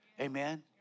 Amen